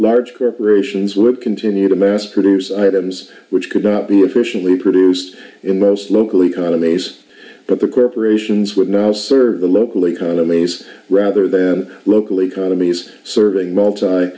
large corporations will continue to mass produce items which could not be efficiently produced in most local economies but the corporations would now serve the local economies rather than local economies serving multi